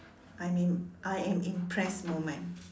I'm im~ I am impressed moment